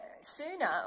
sooner